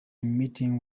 meeting